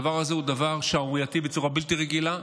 הדבר הזה הוא דבר שערורייתי בצורה בלתי רגילה,